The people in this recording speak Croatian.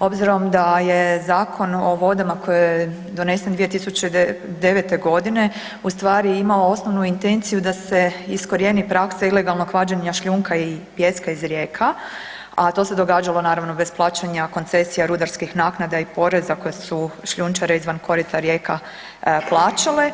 Obzirom da je Zakon o vodama koji je donesen 2009. g. ustvari imao osnovnu intenciju da se iskorijeni praksa ilegalnog vađenja šljunka i pijeska iz rijeka, a to se događalo, naravno bez plaćanja koncesija rudarskih naknada i poreza koje su šljunčare izvan korita rijeka plaćale,